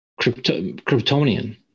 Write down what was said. Kryptonian